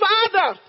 Father